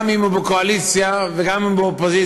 גם אם הוא בקואליציה וגם אם הוא באופוזיציה,